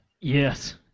yes